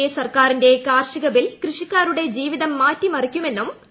A സർക്കാരിന്റെ കാർഷിക ബിൽ കൃഷിക്കാരുടെ ജീവിതം മാറ്റി മറിക്കുമെന്നും ശ്രീ